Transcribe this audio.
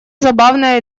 забавная